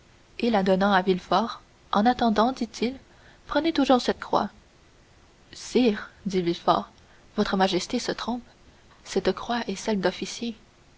et la donnant à villefort en attendant dit-il prenez toujours cette croix sire dit villefort votre majesté se trompe cette croix est celle d'officier